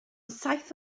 saith